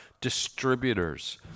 distributors